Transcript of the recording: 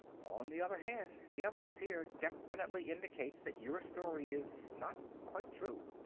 on the other hand, the evidence here definitely indicates that your story is not quite true.